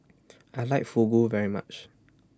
I like Fugu very much